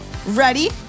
Ready